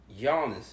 Giannis